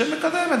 שמקדמת.